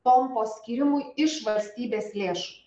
pompos skyrimui iš valstybės lėšų